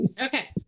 Okay